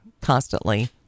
constantly